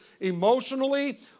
emotionally